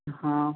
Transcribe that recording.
हाँ